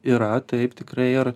yra taip tikrai ir